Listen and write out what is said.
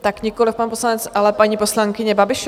Tak nikoliv pan poslanec, ale paní poslankyně Babišová?